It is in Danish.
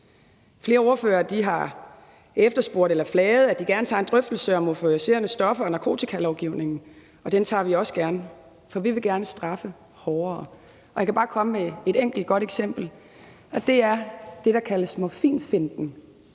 Flere ordførere har efterspurgt eller flaget, at de gerne tager en drøftelse om euforiserende stoffer og narkotikalovgivningen, og den tager vi også gerne, for vi vil gerne straffe hårdere. Jeg kan bare komme med et enkelt godt eksempel, og det er det, der kaldes morfinfinten.